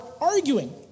arguing